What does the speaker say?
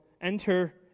enter